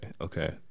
okay